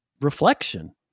reflection